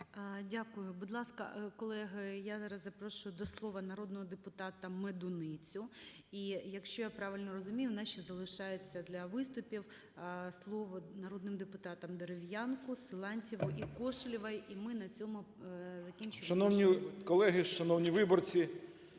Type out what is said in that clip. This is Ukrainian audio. Дякую. Будь ласка, колеги, я зараз запрошую до слова народного депутата Медуницю. І, якщо я правильно розумію, у нас ще залишається для виступів слово народним депутатам Дерев'янку, Силантьєву іКошелєвій. І ми на цьому закінчуємо нашу роботу.